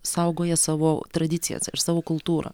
saugoja savo tradicijas ir savo kultūrą